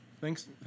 Thanks